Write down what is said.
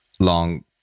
long